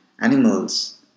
animals